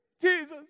Jesus